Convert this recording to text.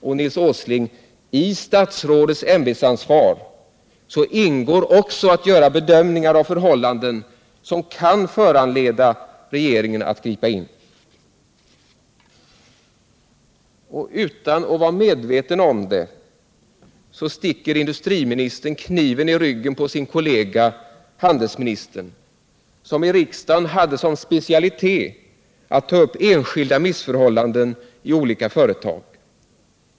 Och, Nils Åsling, i statsråds ämbetsansvar ingår också att göra bedömningar av förhållanden som kan föranleda regeringen att gripa in. Utan att vara medveten om det sticker industriministern kniven i ryggen på sin kollega handelsministern, som i riksdagen hade som specialitet att ta upp enskilda missförhållanden i olika företag.